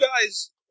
guys